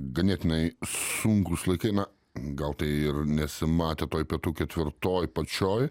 ganėtinai sunkūs laikai na gal tai ir nesimatė toj pietų ketvirtoj pačioj